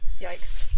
Yikes